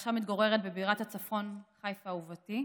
ועכשיו אני מתגוררת בבירת הצפון, חיפה אהובתי.